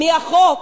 מהחוק